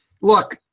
look